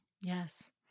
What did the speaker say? Yes